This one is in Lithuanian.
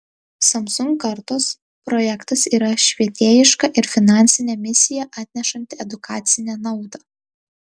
samsung kartos projektas yra švietėjiška ir finansinė misija atnešanti edukacinę naudą